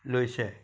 লৈছে